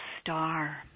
star